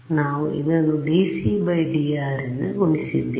ನಾವು ಇದನ್ನು dc d rರಿಂದ ಗುಣಿಸಿದ್ದೇವೆ